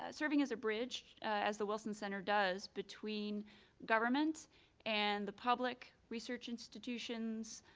ah serving as a bridge, as the wilson center does, between government and the public, research institutions,